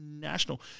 national